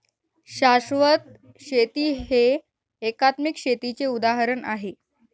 शाश्वत शेती हे एकात्मिक शेतीचे उदाहरण आहे